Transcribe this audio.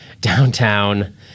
downtown